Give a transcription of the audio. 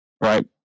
right